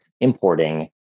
importing